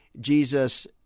Jesus